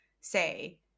say